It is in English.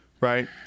right